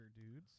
dudes